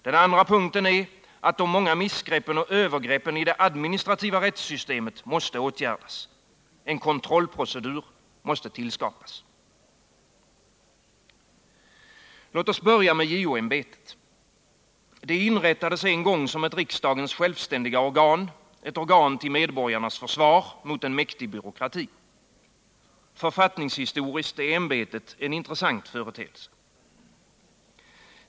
Den andra punkten är att de många missgreppen och övergreppen i det administrativa rättssystemet måste åtgärdas. En kontrollprocedur måste tillskapas. Låt oss börja med JO-ämbetet. Det inrättades en gång som ett riksdagens självständiga organ, ett organ till medborgarnas försvar mot en mäktig byråkrati. Författningshistoriskt är ämbetet en intressant företeelse.